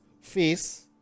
face